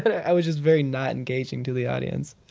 but i was just very not engaging to the audience,